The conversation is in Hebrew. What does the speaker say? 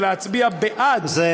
זה להצביע בעד,